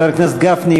חבר הכנסת גפני,